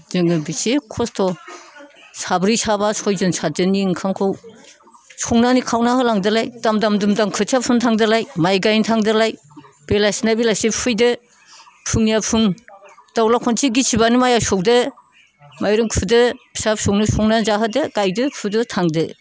जोङो बेसे खस्थ' साब्रै साबा सयजन सातजननि ओंखामखौ संनानै खावना होलांदोलाय दाम दाम दुम दाम खोथिया फुनो थांदोलाय माइ गायनो थांदोलाय बेलासिना बेलासिना फैदो फुंनिया फुं दाउज्ला खनसे गेसेरब्लानो माइआ सौदो माइरं खुरदो फिसा फिसौनो संना जाहोदो गायदो फुदो थांदो